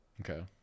Okay